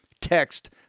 Text